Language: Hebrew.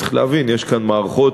צריך להבין, יש כאן מערכות